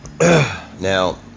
Now